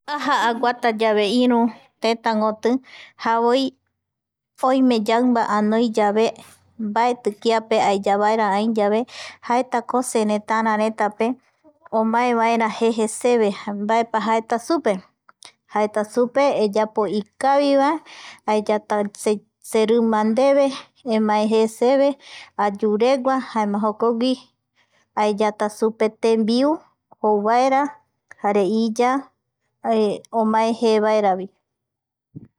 Aja aguatayave iru tetakoti javoi oime yaimba anoi yave mbaeti kiape aeyavaera ai yave jaetako seretara reta pe omaevaera seve jeje mbaepa jaeta supe, jaeta supe eyapo ikavivae aeyata serimba ndeve emae je seveayuregua jaema jokogui aeyata supe tembiu jouvaera jareiya omae je vaeravi